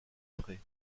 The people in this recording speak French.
pré